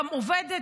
גם עובדת,